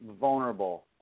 vulnerable